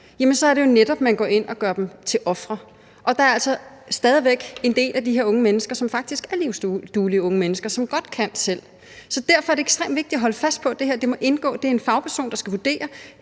så er det jo netop, at man går ind og gør dem til ofre. Og der er altså stadig væk en del af de her unge mennesker, som faktisk er livsduelige unge mennesker, og som godt kan selv. Derfor er det ekstremt vigtigt at holde fast i, at det må indgå, at det